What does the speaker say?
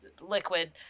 liquid